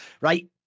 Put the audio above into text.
Right